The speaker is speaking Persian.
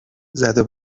زدو